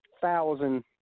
thousand